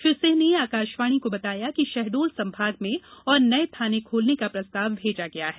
श्री सिंह ने आकाशवाणी को बताया कि शहडोल संभाग में और नये थाने खोलने का प्रस्ताव भेजा गया है